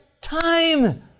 time